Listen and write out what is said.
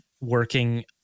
working